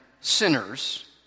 sinners